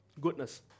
goodness